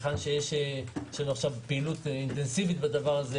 היכן שיש לנו עכשיו פעילות אינטנסיבית בדבר הזה